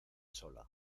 sola